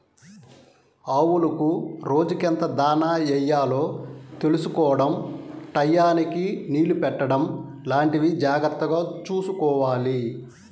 ఆవులకు రోజుకెంత దాణా యెయ్యాలో తెలుసుకోడం టైయ్యానికి నీళ్ళు పెట్టడం లాంటివి జాగర్తగా చూసుకోవాలి